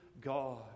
God